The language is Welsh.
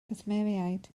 gwsmeriaid